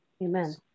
Amen